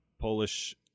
Polish